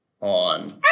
on